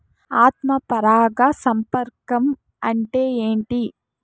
ఆత్మ పరాగ సంపర్కం అంటే ఏంటి?